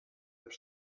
hebt